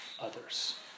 others